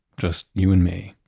just you and me.